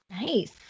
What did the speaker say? nice